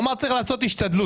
הוא אמר צריך לעשות השתדלות.